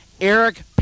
Eric